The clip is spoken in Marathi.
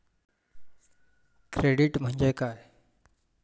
क्रेडिट म्हणजे काय?